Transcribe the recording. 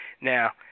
Now